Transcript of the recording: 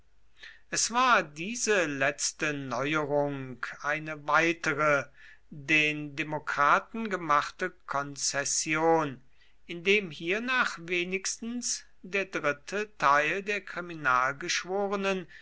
es war diese letzte neuerung eine weitere den demokraten gemachte konzession indem hiernach wenigstens der dritte teil der